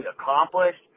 accomplished